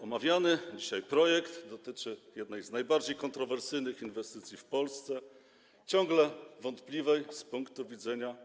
Omawiany dzisiaj projekt dotyczy jednej z najbardziej kontrowersyjnych inwestycji w Polsce, ciągle wątpliwej z ekonomicznego punktu widzenia.